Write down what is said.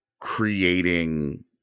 creating